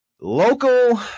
Local